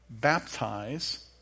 baptize